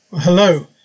Hello